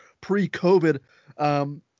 pre-COVID